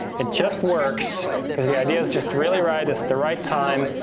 it just works cause the idea's just really right. it's the right time,